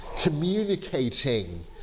communicating